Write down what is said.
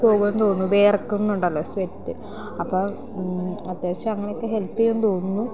പോകുമെന്നു തോന്നുന്നു വിയർക്കുന്നുണ്ടല്ലോ സെറ്റ് അപ്പോൾ അത്യാവശ്യം അങ്ങനെയൊക്കെ ഹെൽപ്പ് ചെയ്യുമെന്നു തോന്നുന്നു